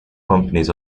companies